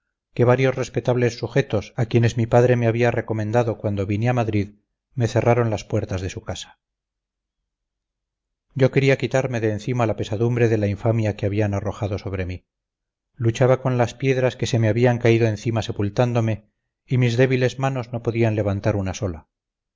que varios respetables sujetos a quienes mi padre me había recomendado cuando vine a madrid me cerraron las puertas de su casa yo quería quitarme de encima la pesadumbre de la infamia que habían arrojado sobre mí luchaba con las piedras que se me habían caído encima sepultándome y mis débiles manos no podían levantar una sola